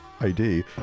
id